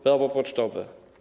Prawo pocztowe.